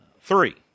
Three